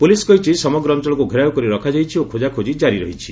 police କହିଛି ସମଗ୍ର ଅଞ୍ଚଳକୁ ଘେରାଉ କରି ରଖାଯାଇଛି ଓ ଖୋଜାଖୋଜି ଜାରି ରହିଛି